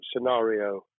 scenario